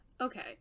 Okay